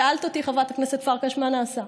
שאלת אותי חברת הכנסת פרקש: מה נעשה?